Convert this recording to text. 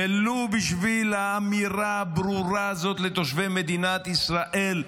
ולו בשביל האמירה הברורה הזאת לתושבי מדינת ישראל: